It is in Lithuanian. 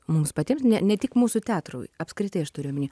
mums patiems ne ne tik mūsų teatrui apskritai aš turiu omeny